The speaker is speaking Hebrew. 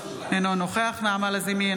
אינו נוכח נעמה לזימי,